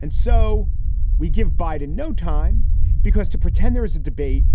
and so we give biden no time because to pretend there is a debate